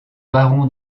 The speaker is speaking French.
baron